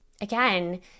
Again